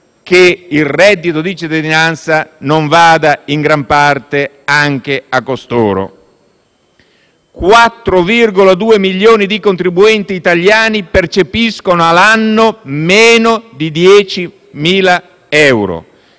che il reddito di cittadinanza non vada in gran parte anche a costoro. Ricordo che 4,2 milioni di contribuenti italiani percepiscono all'anno meno di 10.000 euro;